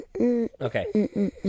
Okay